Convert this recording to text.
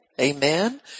amen